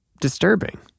disturbing